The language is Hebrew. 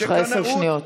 יש לך עשר שניות.